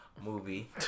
movie